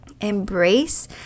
embrace